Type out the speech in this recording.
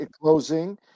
closing